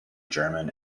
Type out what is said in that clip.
german